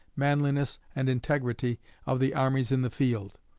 manliness, and integrity of the armies in the field.